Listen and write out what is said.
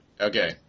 Okay